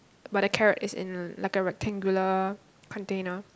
but the carrot is in like a rectangular container